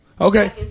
Okay